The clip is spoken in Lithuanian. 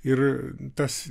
ir tas